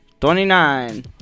twenty-nine